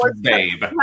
babe